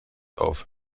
auf